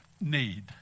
need